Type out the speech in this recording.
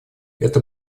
это